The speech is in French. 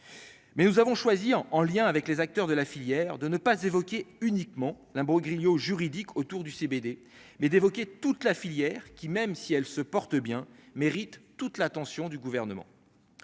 mais nous avons choisi en en lien avec les acteurs de la filière, de ne pas évoquer uniquement l'imbroglio juridique autour du CBD, mais d'évoquer toute la filière qui même si elle se porte bien, mérite toute l'attention du gouvernement,